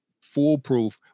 foolproof